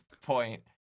point